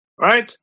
Right